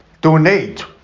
Donate